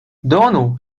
donu